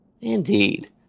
Indeed